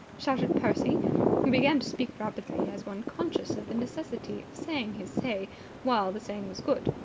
shouted percy. he began to speak rapidly, as one conscious of the necessity of saying his say while the saying was good.